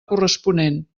corresponent